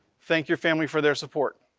thank your family for their support.